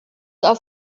auf